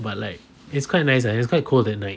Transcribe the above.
but like it's quite nice ah it's quite cold that night